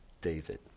David